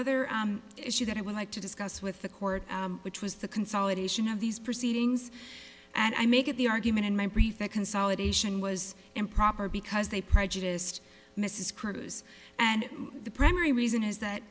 other issue that i would like to discuss with the court which was the consolidation of these proceedings and i make it the argument in my brief that consolidation was improper because they prejudiced mrs cruz and the primary reason is that